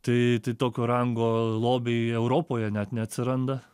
tai tai tokio rango lobiai europoje net neatsiranda